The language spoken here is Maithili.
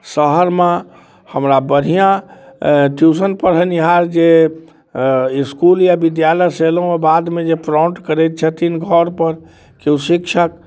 शहरमे हमरा बढ़िआँ ट्यूशन पढ़ेनिहार जे इसकुल या विद्यालयसँ अयलहुँ बादमे जे प्रॉम्प्ट करैत छथिन घरपर केओ शिक्षक